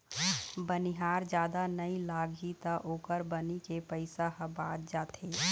बनिहार जादा नइ लागही त ओखर बनी के पइसा ह बाच जाथे